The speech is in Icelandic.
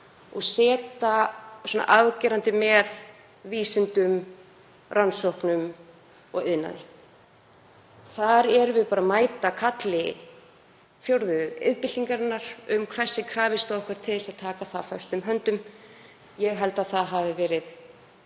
og setja hana svona afgerandi með vísindum, rannsóknum og iðnaði. Þar erum við bara að mæta kalli fjórðu iðnbyltingarinnar um hvers sé krafist af okkur til að taka það föstum tökum. Ég held að það hafi verið